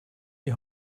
die